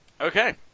Okay